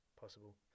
possible